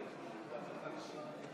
חבר הכנסת בן גביר,